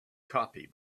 copy